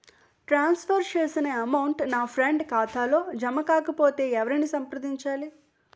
ట్రాన్స్ for చేసిన amount నా friend ఖాతాలో జమ కాకపొతే ఎవరిని సంప్రదించాలి?